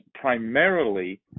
primarily